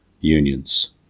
unions